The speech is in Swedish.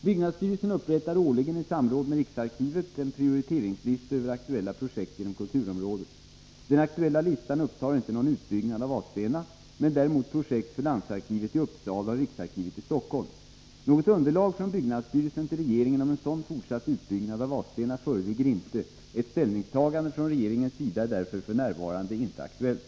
Byggnadsstyrelsen upprättar årligen i samråd med bl.a. riksarkivet en prioriteringslista över aktuella projekt inom kulturområdet. Den aktuella listan upptar inte någon utbyggnad av Vadstena, men däremot projekt för landsarkivet i Uppsala och riksarkivet i Stockholm. Något underlag från byggnadsstyrelsen till regeringen om en sådan fortsatt utbyggnad av Vadstena föreligger inte. Ett ställningstagande från regeringens sida är därför f. n. inte aktuellt.